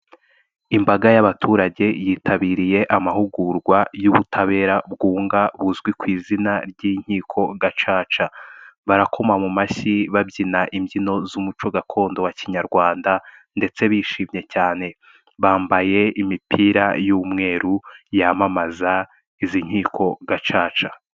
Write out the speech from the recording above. Imbaga y'abaturage yitabiriye amahugurwa y'ubutabera bwunga buzwi ku izina ry'inkiko gacaca, barakoma mu mashyi babyina imbyino z'umuco gakondo wa Kinyarwanda ndetse bishimye cyane, bambaye imipira y'umweru yamamaza izi nkiko gacaca.